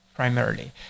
Primarily